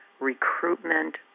recruitment